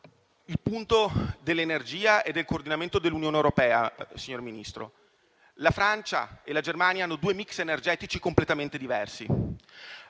la questione dell'energia e del coordinamento dell'Unione europea, signor Ministro. La Francia e la Germania hanno due *mix* energetici completamente diversi: